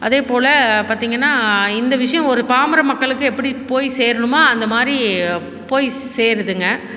அதே போலே பார்த்திங்கன்னா இந்த விஷயோம் ஒரு பாமர மக்களுக்கு எப்படி போய் சேரணுமோ அந்த மாதிரி போய் சேருதுங்க